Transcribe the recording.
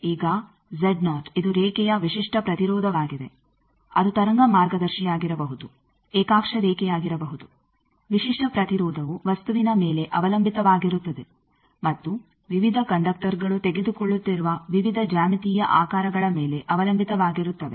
ಈಗ ಇದು ರೇಖೆಯ ವಿಶಿಷ್ಟ ಪ್ರತಿರೋಧವಾಗಿದೆ ಅದು ತರಂಗ ಮಾರ್ಗದರ್ಶಿಯಾಗಿರಬಹುದು ಏಕಾಕ್ಷ ರೇಖೆಯಾಗಿರಬಹುದು ವಿಶಿಷ್ಟ ಪ್ರತಿರೋಧವು ವಸ್ತುವಿನ ಮೇಲೆ ಅವಲಂಬಿತವಾಗಿರುತ್ತದೆ ಮತ್ತು ವಿವಿಧ ಕಂಡಕ್ಟರ್ಗಳು ತೆಗೆದುಕೊಳ್ಳುತ್ತಿರುವ ವಿವಿಧ ಜ್ಯಾಮಿತೀಯ ಆಕಾರಗಳ ಮೇಲೆ ಅವಲಂಬಿತವಾಗಿರುತ್ತವೆ